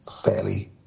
fairly